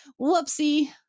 Whoopsie